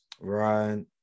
Right